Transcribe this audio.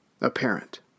apparent